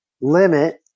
limit